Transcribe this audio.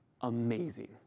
amazing